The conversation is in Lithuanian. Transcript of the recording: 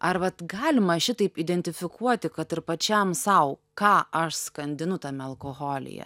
ar vat galima šitaip identifikuoti kad ir pačiam sau ką aš skandinu tame alkoholyje